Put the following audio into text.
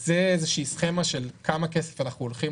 זו איזושהי סכימה כמה כסף אנחנו הולכים